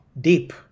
Deep